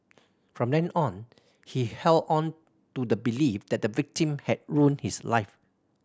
from then on he held on to the belief that the victim had ruined his life